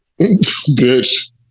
bitch